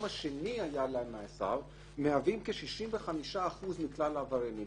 השני היה להם מאסר הם כ-65% מכלל העבריינים.